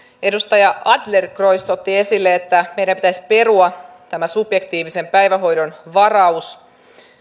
edustaja adlercreutz otti esille että meidän pitäisi perua tämän subjektiivisen päivähoidon varaus